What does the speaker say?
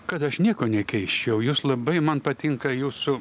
kad aš nieko nekeisčiau jūs labai man patinka jūsų